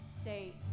state